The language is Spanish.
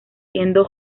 siendo